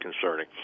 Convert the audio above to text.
concerning